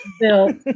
built